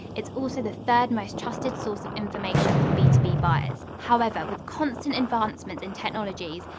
it's also the third most trusted source of information for b two b buyers. however with constant advancements in technologies,